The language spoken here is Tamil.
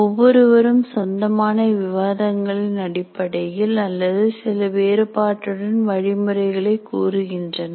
ஒவ்வொருவரும் சொந்தமான விவாதங்களின் அடிப்படையில் அல்லது சில வேறுபாட்டுடன் வழிமுறைகளை கூறுகின்றனர்